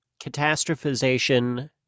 catastrophization